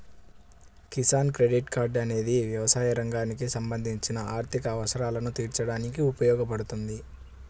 Kisan credit card అనేది వ్యవసాయ రంగానికి సంబంధించిన ఆర్థిక అవసరాలను తీర్చడానికి ఉపయోగపడుతుంది